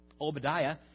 Obadiah